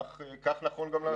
כך נכון לעשות.